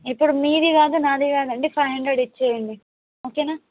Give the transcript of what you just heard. ఇప్పుడు మీది కాదు నాది కాదండి ఫైవ్ హండ్రెడ్ ఇచ్చేయండి ఓకేనా